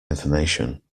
information